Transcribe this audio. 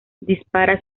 dispara